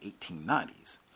1890s